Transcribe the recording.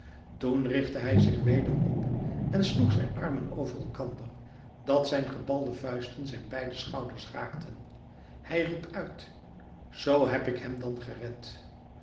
toen richtte hij zich weder op en sloeg zijn armen over elkander dat zijn gebalde vuisten zijn beide schouders raakten hij riep uit z heb ik hem dan gered